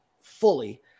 fully